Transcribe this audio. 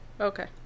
Okay